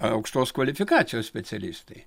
aukštos kvalifikacijos specialistai